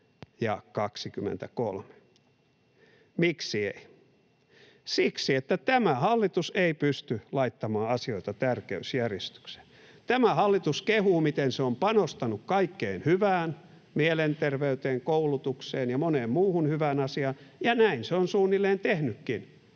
ja 23. Miksi ei? Siksi, että tämä hallitus ei pysty laittamaan asioita tärkeysjärjestykseen. Tämä hallitus kehuu, miten se on panostanut kaikkeen hyvään, mielenterveyteen, koulutukseen ja moneen muuhun hyvään asiaan, ja näin se on suunnilleen tehnytkin,